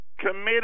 committed